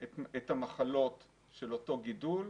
את המחלות של אותו גידול.